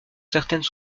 certaines